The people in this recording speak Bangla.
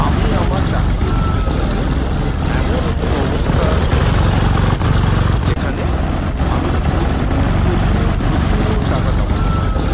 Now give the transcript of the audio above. আমি আমার চাকরির ভবিষ্যতে এমন একটি অবস্থা খুঁজছি যেখানে আমি প্রচুর প্রচুর প্রচুর টাকা কামাতে পারবো